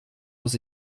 muss